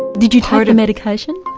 did you take the medication?